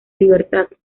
libertad